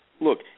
Look